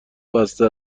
بسته